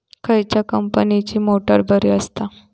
खयल्या कंपनीची मोटार बरी असता?